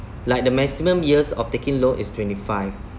like the maximum years of taking loan is twenty five